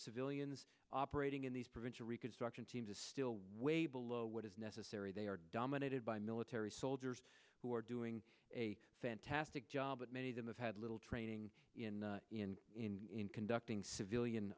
civilians operating in these provincial reconstruction teams is still way below what is necessary they are dominated by military soldiers who are doing a fantastic job but many of them that had little training in in in conducting civilian